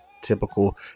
Typical